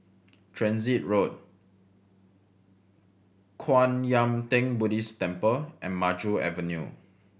Transit Road Kwan Yam Theng Buddhist Temple and Maju Avenue